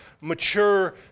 mature